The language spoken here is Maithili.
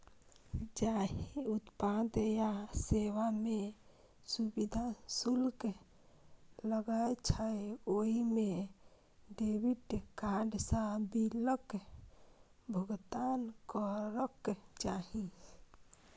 जाहि उत्पाद या सेवा मे सुविधा शुल्क लागै छै, ओइ मे डेबिट कार्ड सं बिलक भुगतान करक चाही